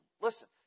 Listen